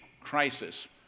Crisis